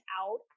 out